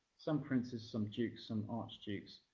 some princes, some dukes, some archdukes,